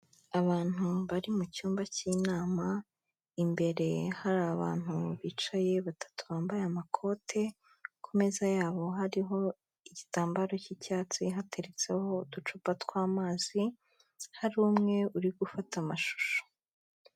Abantu bari mu cyumba cy'inama, imbere hari abantu bicaye batatu bambaye amakote, ku meza yabo hariho igitambaro cy'icyatsi hateretseho uducupa tw'amazi hari umwe uri gufata amashusho.